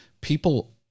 people